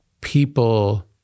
people